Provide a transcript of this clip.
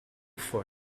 for